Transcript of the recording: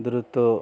দ্রুত